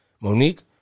Monique